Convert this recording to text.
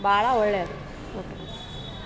ಭಾಳ ಒಳ್ಳೇದು ಒಟ್ಟು